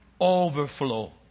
Overflow